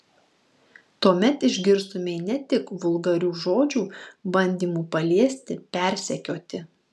tuomet išgirstumei ne tik vulgarių žodžių bandymų paliesti persekioti